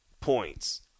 points